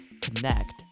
connect